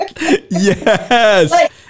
Yes